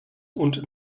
und